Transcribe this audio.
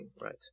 right